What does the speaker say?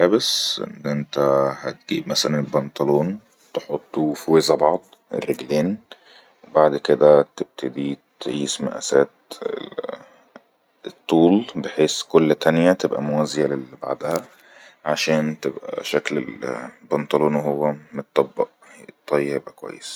كك ان انت هتجيب مسلا البنطلون تحطه في زي بعض الرجلين بعد كدا تئيس مئاسات الطول بحيس كل تانيه تبئا موازية لبعضها عشان تكو ن شكل البنطلون كويس